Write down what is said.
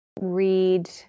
read